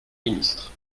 ministre